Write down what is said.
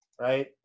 right